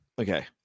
Okay